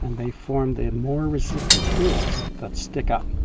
and they've formed the more resistant hills that stick up.